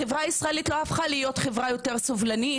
החברה הישראלית לא הפכה להיות חברה יותר סובלנית,